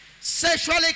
Sexually